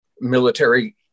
military